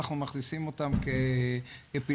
אנחנו מכניסים אותן כפעילות,